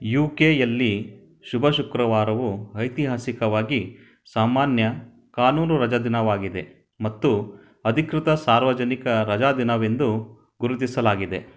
you ಕೆಯಲ್ಲಿ ಶುಭ ಶುಕ್ರವಾರವು ಐತಿಹಾಸಿಕವಾಗಿ ಸಾಮಾನ್ಯ ಕಾನೂನು ರಜಾದಿನವಾಗಿದೆ ಮತ್ತು ಅಧಿಕೃತ ಸಾರ್ವಜನಿಕ ರಜಾದಿನವೆಂದು ಗುರುತಿಸಲಾಗಿದೆ